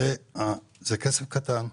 זה כסף קטן.